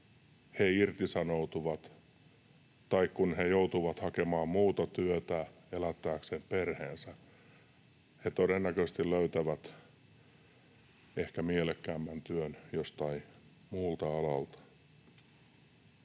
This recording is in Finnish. he irtisanoutuvat. Tai kun he joutuvat hakemaan muuta työtä elättääkseen perheensä, he todennäköisesti löytävät ehkä mielekkäämmän työn joltain muulta alalta.